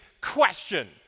question